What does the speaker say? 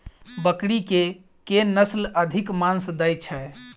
बकरी केँ के नस्ल अधिक मांस दैय छैय?